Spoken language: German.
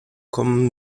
kommen